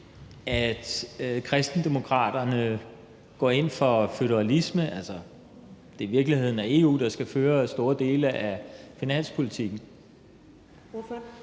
at Kristendemokraterne går ind for føderalisme, altså at det i virkeligheden er i EU, der skal føre store dele af finanspolitikken?